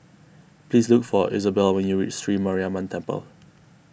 please look for Isobel when you reach Sri Mariamman Temple